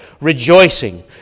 rejoicing